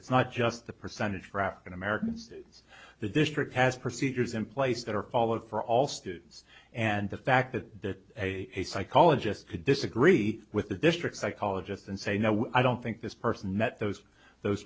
it's not just the percentage for african americans it's the district has procedures in place that are all of for all students and the fact that a psychologist could disagree with the district psychologist and say no i don't think this person met those those